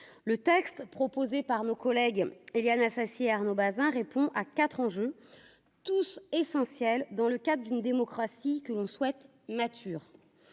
le texte proposé par nos collègues Éliane Assassi Arnaud Bazin répond à quatre ans, je tousse essentielle dans le cadre d'une démocratie que l'on souhaite mature,